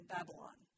Babylon